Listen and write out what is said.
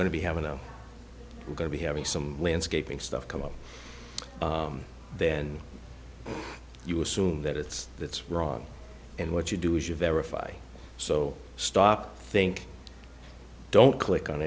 going to be having them we're going to be having some landscaping stuff come up then you assume that it's that's wrong and what you do is you verify so stop think don't click on